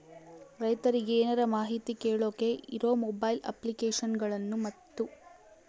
ರೈತರಿಗೆ ಏನರ ಮಾಹಿತಿ ಕೇಳೋಕೆ ಇರೋ ಮೊಬೈಲ್ ಅಪ್ಲಿಕೇಶನ್ ಗಳನ್ನು ಮತ್ತು?